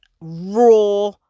raw